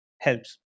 helps